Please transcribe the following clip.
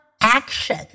action